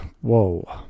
whoa